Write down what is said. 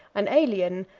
an alien,